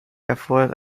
erfordert